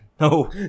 No